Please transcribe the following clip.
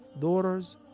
daughters